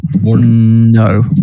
No